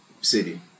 city